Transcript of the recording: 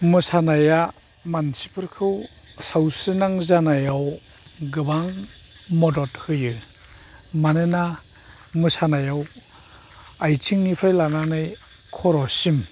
मोसानाया मानसिफोरखौ सावस्रिनां जानायाव गोबां मदद होयो मानोना मोसानायाव आथिंनिफ्राय लानानै खर'सिम